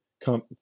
come